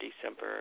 December